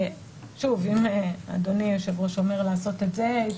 שוב, אם אדוני יושב הראש אומר לעשות את זה.